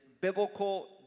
Biblical